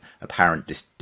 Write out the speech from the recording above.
apparent